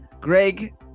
Greg